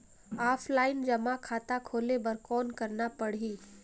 Offline जमा खाता खोले बर कौन करना पड़ही?